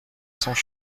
cents